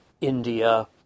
India